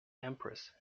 empress